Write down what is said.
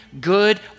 good